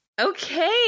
Okay